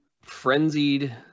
Frenzied